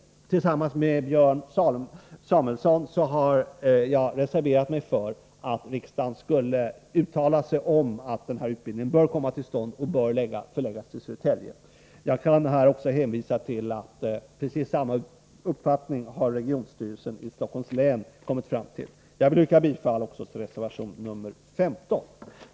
Tillsammans med Björn Samuelson har jag reserverat mig för att riksdagen skall uttala sig för att denna utbildning kommer till stånd och förläggs till Södertälje. Jag kan här hänvisa till att regionstyrelsen i Stockholms län har kommit fram till precis samma uppfattning. Jag yrkar bifall till reservation 15.